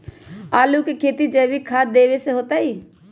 आलु के खेती जैविक खाध देवे से होतई?